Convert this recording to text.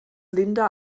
linda